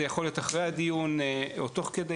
זה יכול להיות אחרי הדיון או תוך כדי,